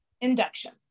induction